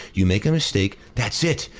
you make a mistake, that's it.